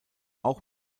auch